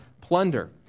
plunder